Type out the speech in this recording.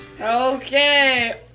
Okay